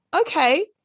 okay